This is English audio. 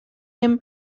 him